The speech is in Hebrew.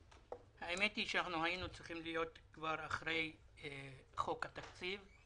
האמת היא שאנחנו כבר היינו צריכים להיות אחרי חוק התקציב.